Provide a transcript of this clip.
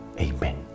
Amen